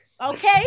okay